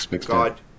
God